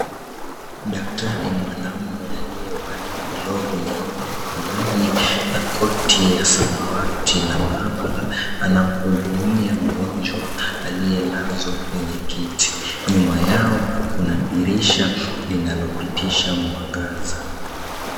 Daktari mwanamume aliyevalia glovu nyeupe mkononi na koti ya samawati la maabara, anamhudumia mgonjwa aliyelazwa kwenye kiti. Nyuma yao, kuna dirisha linalopitisha mwangaza.